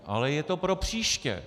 Ale je to pro příště.